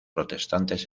protestantes